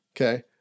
Okay